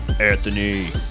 Anthony